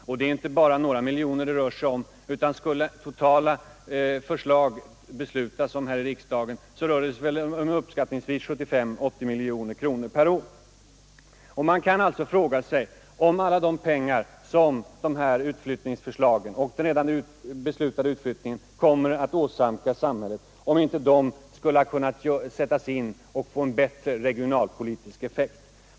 Och det är inte bara några få miljoner kronor det rör sig om, utan skulle det i riksdagen fattas beslut om utflyttning av alla de myndigheter som föreslagits, kommer kommunalskattebortfallet uppskattningsvis att röra sig om 75—80 miljoner kronor per år. Man kan alltså fråga sig om alla de pengar som utflyttningsförslagen Nr 120 och den redan beslutade utflyttningen kommer att kosta samhället inte Tisdagen den skulle ha kunnat användas på annat sätt, så att de finge en bättre 21 november 1972 regionalpolitisk effekt.